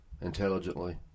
intelligently